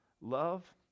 Love